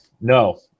no